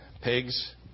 pigs